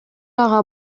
ага